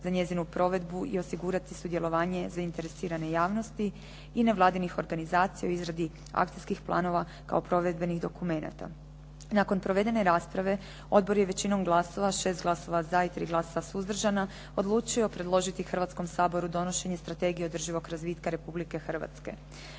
za njezinu provedbu i osigurati sudjelovanje zainteresirane javnosti i nevladinih organizacija u izradi akcijskih planova kao provedbenih dokumenata. Nakon provedene rasprave, odbor je većinom glasova, 6 glasova za i 3 glasa suzdržana, odlučio predložiti Hrvatskom saboru donošenje Strategije održivog razvitka Republike Hrvatske.